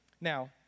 Now